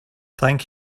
thank